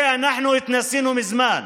בזה אנחנו התנסינו מזמן.